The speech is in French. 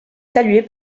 salué